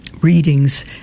readings